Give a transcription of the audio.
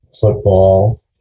football